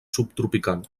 subtropical